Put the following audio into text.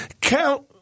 count